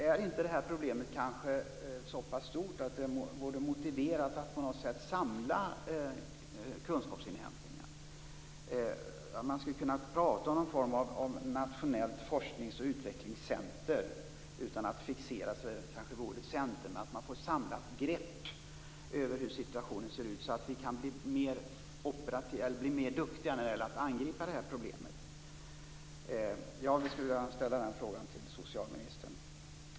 Är kanske inte det här problemet så pass stort att det borde motivera att man samlar kunskapsinhämtningen? Man skulle kunna tala om någon form av nationellt forsknings och utvecklingscenter, utan att fixera sig vid ordet center. Man skulle kunna få ett samlat grepp över hur situationen ser ut så att vi kan bli mer duktiga när det gäller att angripa det här problemet. Jag skulle vilja ställa den frågan till socialministern.